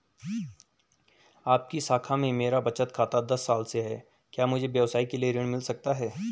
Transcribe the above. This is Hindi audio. आपकी शाखा में मेरा बचत खाता दस साल से है क्या मुझे व्यवसाय के लिए ऋण मिल सकता है?